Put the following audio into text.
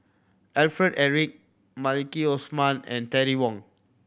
Alfred Eric Maliki Osman and Terry Wong